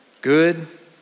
good